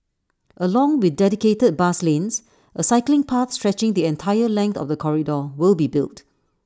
along with dedicated bus lanes A cycling path stretching the entire length of the corridor will be built